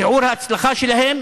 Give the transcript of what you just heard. שיעור ההצלחה שלהם